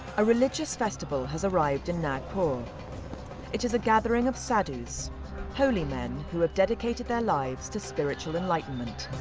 a religious festival has arrived in nagpur. it is a gathering of sadhus holy men who have dedicated their life to spiritual enlightenment.